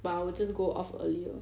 but I will just go off earlier